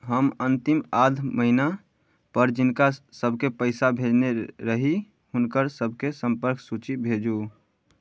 हम अन्तिम आध महीना पर जिनका सबके पैसा भेजने रही हुनकर सबके सम्पर्क सूची भेजू